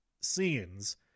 scenes